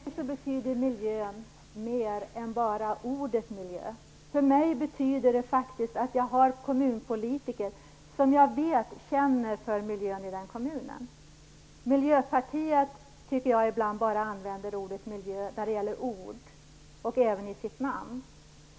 Fru talman! För mig betyder miljön mer än bara ordet miljö. För mig betyder det faktiskt att jag vet att det finns kommunpolitiker som känner för miljön i kommunen. Jag tycker att Miljöpartiet ibland använder ordet miljö bara när det gäller ord och även i sitt namn.